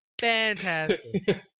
fantastic